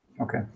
Okay